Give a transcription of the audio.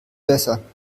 besser